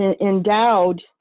endowed